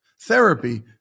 Therapy